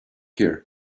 here